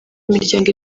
imiryango